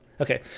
Okay